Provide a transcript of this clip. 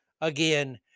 Again